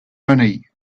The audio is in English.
money